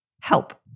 Help